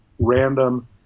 random